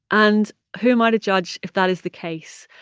and who am i to judge if that is the case?